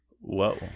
Whoa